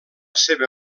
seva